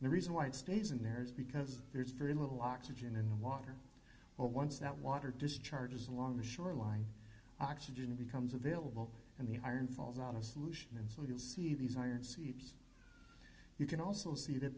and the reason why it stays in there is because there's very little oxygen in the water but once that water discharges along the shoreline oxygen becomes available and the iron falls on the solution and so you'll see these iron seeps you can also see that